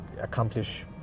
accomplish